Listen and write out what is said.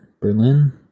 Berlin